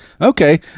Okay